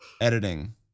editing